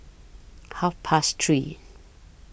Half Past three